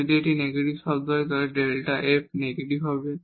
যদি এটি নেগেটিভ শব্দ হয় তাহলে Δ f নেগেটিভ হবে